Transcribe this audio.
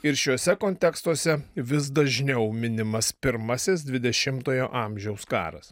ir šiuose kontekstuose vis dažniau minimas pirmasis dvidešimtojo amžiaus karas